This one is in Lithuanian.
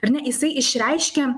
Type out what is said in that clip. ar ne jisai išreiškia